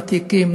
ותיקים,